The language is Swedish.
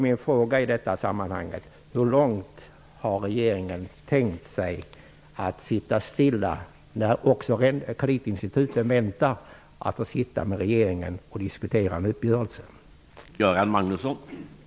Min fråga är: Hur länge har regeringen tänkt sitta stilla, medan kreditinstituten väntar på att få sitta ned och diskutera en uppgörelse med regeringen?